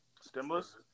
Stimulus